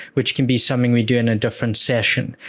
which can be something we do in a different session.